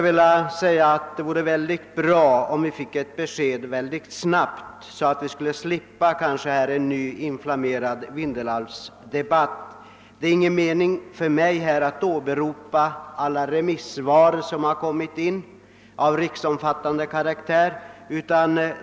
Det vore mycket bra om vi snabbt kunde få ett besked, så att en ny inflammerad Vindelälvsdebatt kunde undvikas. > Det är ingen mening med att nu åberopa alla de remissvar som lämnats på riksplanet beträffande detta ärende.